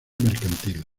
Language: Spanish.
mercantil